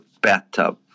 bathtub